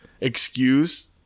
excuse